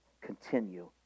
continue